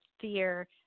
fear